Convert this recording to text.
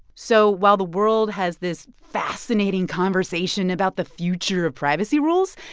so while the world has this fascinating conversation about the future of privacy rules,